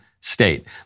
state